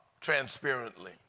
transparently